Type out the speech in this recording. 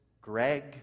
Greg